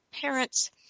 parents –